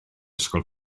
ysgol